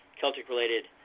Celtic-related